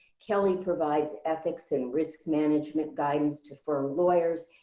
kelly provides ethics and risk management guidance to firm lawyers.